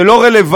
זה לא רלוונטי,